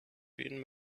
been